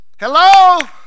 hello